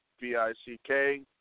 V-I-C-K